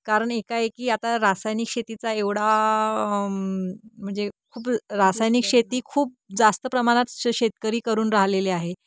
कारण एकाएकी आता रासायनिक शेतीचा एवढा म्हणजे खूप रासायनिक शेती खूप जास्त प्रमाणात शेतकरी करून राहिलेले आहे